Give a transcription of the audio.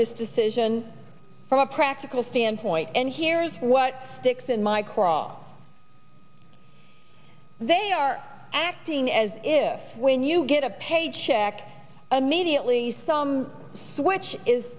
this decision from a practical standpoint and here is what sticks in my craw they are acting as if when you get a paycheck and mediately some of which is